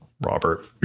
Robert